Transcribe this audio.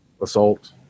assault